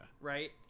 Right